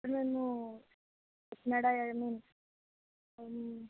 మేము